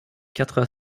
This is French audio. quatre